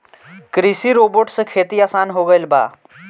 कृषि रोबोट से खेती आसान हो गइल बा